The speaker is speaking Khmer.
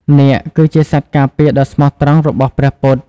នាគ គឺជាសត្វការពារដ៏ស្មោះត្រង់របស់ ព្រះពុទ្ធ។